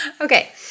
Okay